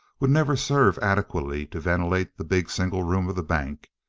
would never serve adequately to ventilate the big single room of the bank.